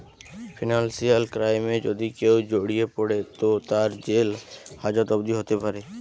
financial ক্রাইমে যদি কেও জড়িয়ে পড়ে তো তার জেল হাজত অবদি হোতে পারে